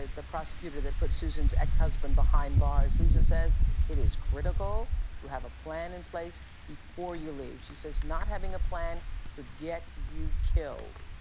the prosecutor that put susan's ex husband behind bars. lisa says it is critical to have a plan in place before you leave. she says not having a plan could get you killed.